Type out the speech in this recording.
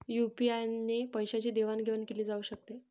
UPI ने पैशांची देवाणघेवाण केली जाऊ शकते